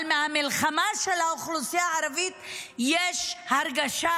אבל במלחמה של האוכלוסייה הערבית יש הרגשה